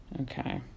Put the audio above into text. Okay